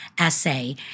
essay